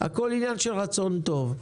הכול עניין של רצון טוב.